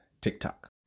TikTok